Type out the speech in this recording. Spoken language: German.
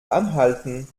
anhalten